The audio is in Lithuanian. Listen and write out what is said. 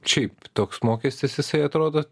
šiaip toks mokestis jisai atrodo